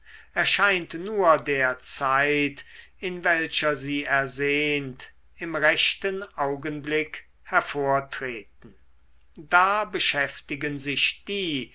erscheint nur der zeit in welcher sie ersehnt im rechten augenblick hervortreten da beschäftigen sich die